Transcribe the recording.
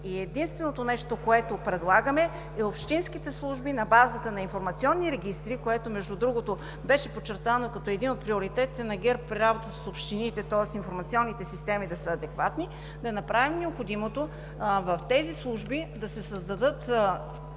Единственото нещо, което предлагаме, е общинските служби на базата на информационни регистри, което беше подчертано като един от приоритетите на ГЕРБ при работата с общините – информационните системи да са адекватни, да направим необходимото в тези служби да се създадат